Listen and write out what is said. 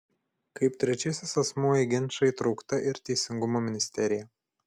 kaip trečiasis asmuo į ginčą įtraukta ir teisingumo ministerija